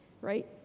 right